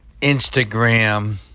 Instagram